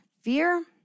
fear